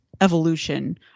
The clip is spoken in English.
evolution